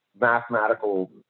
mathematical